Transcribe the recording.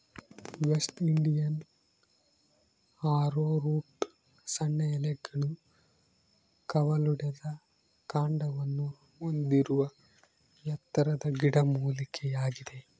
West Indian arrowroot ಸಣ್ಣ ಎಲೆಗಳು ಕವಲೊಡೆದ ಕಾಂಡವನ್ನು ಹೊಂದಿರುವ ಎತ್ತರದ ಗಿಡಮೂಲಿಕೆಯಾಗಿದೆ